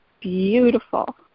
beautiful